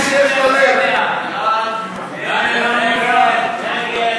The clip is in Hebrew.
ההצעה להסיר מסדר-היום את הצעת חוק שירותי הסעד (תיקון,